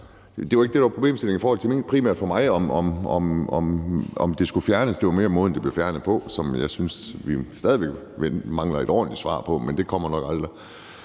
det var de – men problemstillingen i forhold til mink var for mig ikke primært, om det skulle fjernes; det var mere måden, det blev fjernet på, og jeg synes stadig væk, at vi mangler et ordentligt svar på det. Men det kommer nok aldrig.